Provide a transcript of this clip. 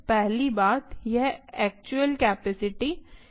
पहली बात यह एक्चुअल कैपेसिटी नहीं है